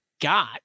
got